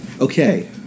Okay